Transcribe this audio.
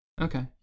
Okay